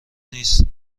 نیست